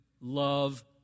love